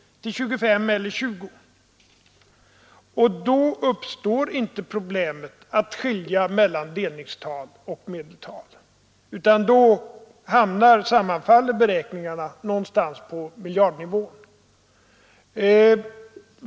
Då uppstår inte problemet att skilja mellan delningstal och medeltal, utan då sammanfaller beräkningarna någonstans på miljardnivån.